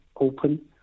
open